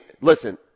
listen